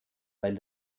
weil